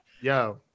yo